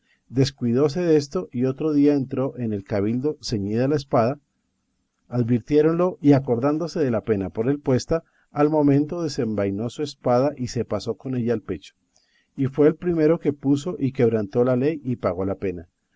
la vida descuidóse desto y otro día entró en el cabildo ceñida la espada advirtiéronselo y acordándose de la pena por él puesta al momento desenvainó su espada y se pasó con ella el pecho y fue el primero que puso y quebrantó la ley y pagó la pena